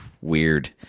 Weird